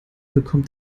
bekommt